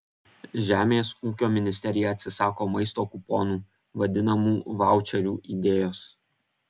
žemės ūkio ministerija atsisako maisto kuponų vadinamų vaučerių idėjos